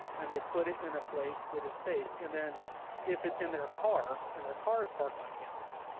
and they put it in a place that is safe. and then if it's in their car, and their car is parked on campus,